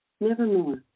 nevermore